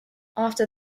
after